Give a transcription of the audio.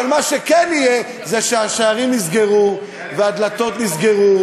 אבל מה שכן יהיה זה שהשערים נסגרו והדלתות נסגרו,